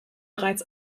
bereits